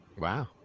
Wow